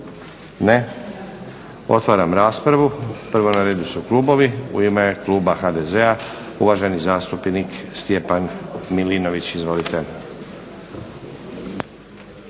Ne. Otvaram raspravu. Prvo na redu su klubovi. U ime kluba HDZ-a uvaženi zastupnik Stjepan Milinković. Izvolite.